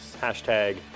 Hashtag